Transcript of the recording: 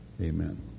amen